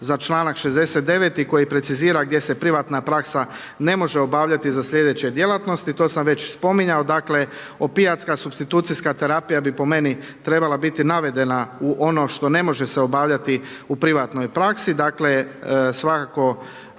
za članak 69. koji precizira gdje se privatna praksa ne može obavljati za slijedeće djelatnosti. To sam već spominjao, opijatska supstitucijska terapija bi trebala po meni biti navedena u ono što ne može se obavljati u privatnoj praksi. Dakle, svakako